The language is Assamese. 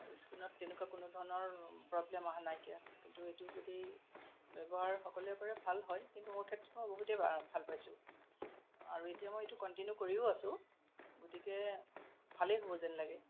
স্কিনত তেনেকুৱা কোনো ধৰণৰ প্ৰব্লেম অহা নাইকীয়া কিন্তু এইটো যদি ব্যৱহাৰ সকলোৱে কৰে ভাল হয় কিন্তু মোৰ ক্ষেত্ৰত মই বহুতেই আৰাম ভাল পাইছোঁ আৰু এতিয়া মই এইটো কন্টিনিউ কৰিও আছোঁ গতিকে ভালেই হ'ব যেন লাগে